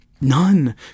None